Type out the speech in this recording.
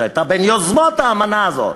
שהייתה בין יוזמות האמנה הזו,